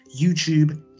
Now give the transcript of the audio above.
YouTube